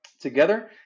together